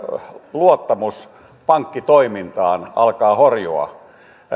luottamus pankkitoimintaan alkaa horjua